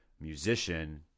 musician